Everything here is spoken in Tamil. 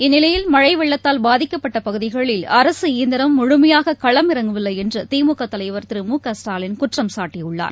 இந்நிலையில் மழைவெள்ளத்தால் பாதிக்கப்பட்டபகுதிகளில் இயந்திரம் அரசு முழுமையாககளமிறங்கவில்லைஎன்றுதிமுகதலைவர் திரு மு க ஸ்டாலின் குற்றம் சாட்டியுள்ளார்